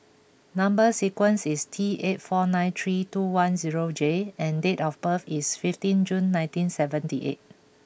number sequence is T eight four nine three two one zero J and date of birth is fifteen June nineteen seventy eight